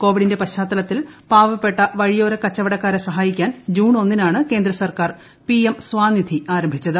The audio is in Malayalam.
കോവിഡിന്റെ പശ്ചാത്തലത്തിൽ പാവപ്പെട്ട വഴിയോര കച്ചവടക്കാരെ സഹായിക്കാൻ ജൂൺ ഒന്നിനാണ് കേന്ദ്ര സർക്കാർ പിഎം സ്വനിധി ആരംഭിച്ചത്